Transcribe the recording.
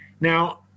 Now